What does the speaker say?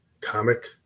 Comic